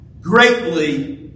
greatly